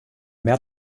mehr